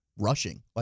rushing